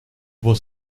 was